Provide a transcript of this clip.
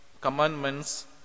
commandments